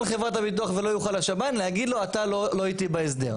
חברת הביטוח ולא יוכל השב"ן להגיד לו: אתה לא איתי בהסדר?